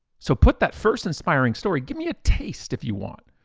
so put that first inspiring story. give me a taste if you want.